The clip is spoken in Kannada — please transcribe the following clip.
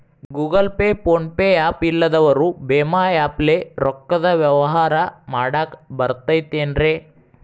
Google Pay, PhonePe app ಇಲ್ಲದವರು ಭೇಮಾ ಆ್ಯಪ್ ಲೇ ರೊಕ್ಕದ ವ್ಯವಹಾರ ಮಾಡಾಕ್ ಬರತೈತೇನ್ರೇ?